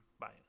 Bye